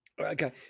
okay